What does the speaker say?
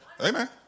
Amen